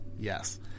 Yes